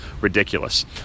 ridiculous